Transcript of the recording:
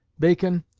bacon,